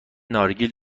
نارگیل